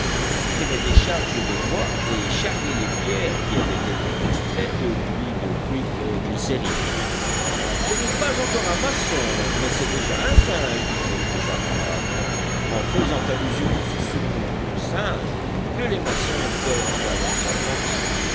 il traînait des charges de bois et charriait les pierres qui avaient été extraites du lit du creekglycérine ce n'est pas encore un maçon mais c'est déjà un singe disait plaisamment harbert en faisant allusion à ce surnom de singe que les maçons donnent à leurs apprentis